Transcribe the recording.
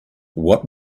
what